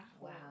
wow